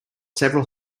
several